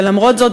ולמרות זאת,